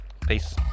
peace